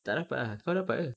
tak dapat ah kau dapat ke